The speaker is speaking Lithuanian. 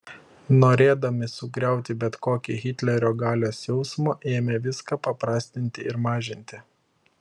norėdami sugriauti bet kokį hitlerio galios jausmą ėmė viską paprastinti ir mažinti